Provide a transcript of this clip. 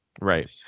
right